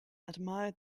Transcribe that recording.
admired